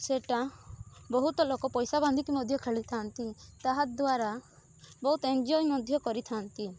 ସେଇଟା ବହୁତ ଲୋକ ପଇସା ବାନ୍ଧିକି ମଧ୍ୟ ଖେଳିଥାନ୍ତି ତାହାଦ୍ଵାରା ବହୁତ ଏଞ୍ଜୟ ମଧ୍ୟ କରିଥାନ୍ତି